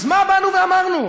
אז מה באנו ואמרנו?